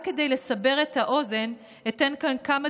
רק כדי לסבר את האוזן אתן כאן כמה